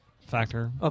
factor